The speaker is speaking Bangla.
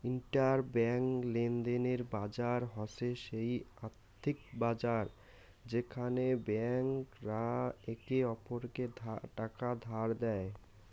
ইন্টার ব্যাঙ্ক লেনদেনের বাজার হসে সেই আর্থিক বাজার যেখানে ব্যাংক রা একে অপরকে টাকা ধার দেই